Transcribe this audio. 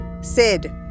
sid